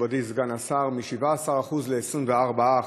מכובדי סגן השר, מ-17% ל-24%.